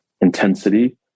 intensity